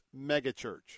megachurch